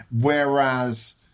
Whereas